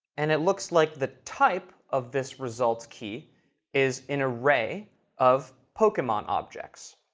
and it looks like the type of this results key is an array of pokemon objects.